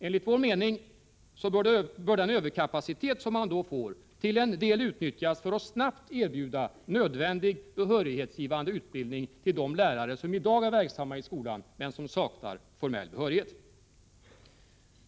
Enligt vår mening bör den överkapacitet som man då får till en del utnyttjas för att snabbt erbjuda en nödvändig behörighetsgivande utbildning åt de lärare som i dag är verksamma i skolan men som saknar formell behörighet.